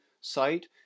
site